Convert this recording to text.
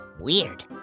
weird